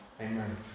Amen